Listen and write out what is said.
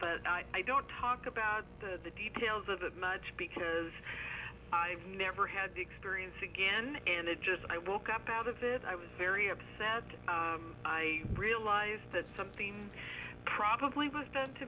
but i don't talk about the details of it much because i've never had the experience again and it's just i woke up out of it i was very upset i realize that something probably was done to